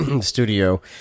studio